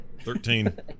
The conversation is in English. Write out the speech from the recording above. thirteen